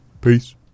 peace